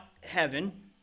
heaven